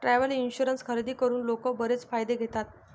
travel insurance खरेदी करून लोक बरेच फायदे घेतात